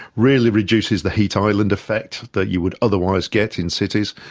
really reduces the heat island effect that you would otherwise get in cities,